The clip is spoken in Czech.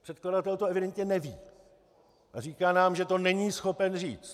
Předkladatel to evidentně neví a říká nám, že to není schopen říct.